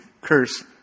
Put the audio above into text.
curse